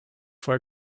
for